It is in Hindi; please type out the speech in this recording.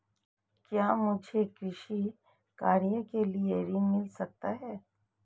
क्या मुझे कृषि कार्य के लिए ऋण मिल सकता है?